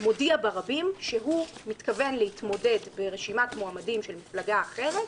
מודיע ברבים שהוא מתכוון להתמודד ברשימת מועמדים של מפלגה אחרת,